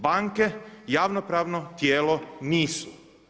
Banke javnopravno tijelo nisu.